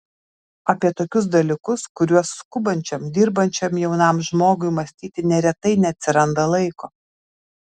apie tokius dalykus kuriuos skubančiam dirbančiam jaunam žmogui mąstyti neretai neatsiranda laiko